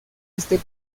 este